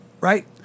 right